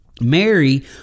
Mary